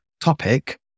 topic